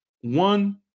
One